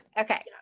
Okay